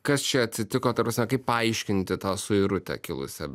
kas čia atsitiko ta prasme kaip paaiškinti tą suirutę kilusią